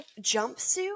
jumpsuit